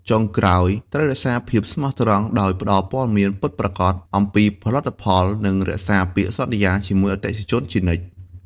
ចុងក្រោយត្រូវរក្សាភាពស្មោះត្រង់ ដោយផ្ដល់ព័ត៌មានពិតប្រាកដអំពីផលិតផល និងរក្សាពាក្យសន្យាជាមួយអតិថិជនជានិច្ច។